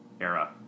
era